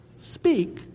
speak